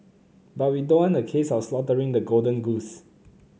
but we don't want a case of slaughtering the golden goose